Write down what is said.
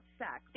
sex